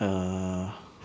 uh